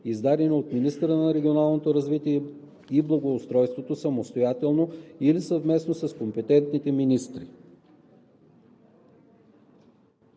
издадени от министъра на регионалното развитие и благоустройството самостоятелно или съвместно с компетентните министри.“